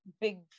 big